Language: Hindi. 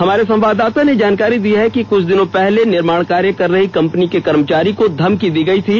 हमारे संवाददाता ने जानकारी दी है कि कुछ दिन पहले निर्माण कार्य कर रही कंपनी के कर्मचारी को धमकी दी गयी थी